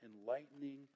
enlightening